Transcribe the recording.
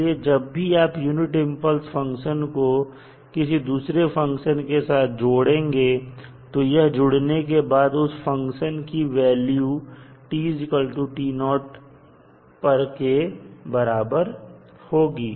इसलिए जब भी आप यूनिट इंपल्स फंक्शन को किसी दूसरे फंक्शन के साथ जोड़ेंगे तो यह जुड़ने के बाद उस फंक्शन की वैल्यू पर के बराबर होगी